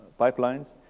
pipelines